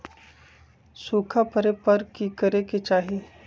सूखा पड़े पर की करे के चाहि